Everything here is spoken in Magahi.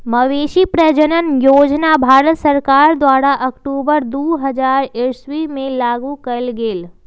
मवेशी प्रजजन योजना भारत सरकार द्वारा अक्टूबर दू हज़ार ईश्वी में लागू कएल गेल